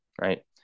right